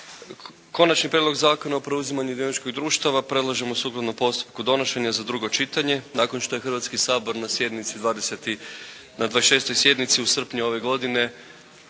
Konačni prijedlog Zakona o preuzimanju dioničkih društava predlažemo sukladno postupku kod donošenja za drugo čitanje nakon što je Hrvatski sabor na 26. sjednici u srpnju ove godine